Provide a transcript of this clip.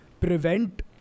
prevent